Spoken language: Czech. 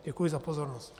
Děkuji za pozornost.